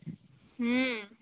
હં